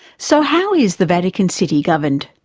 so how is the vatican city governed?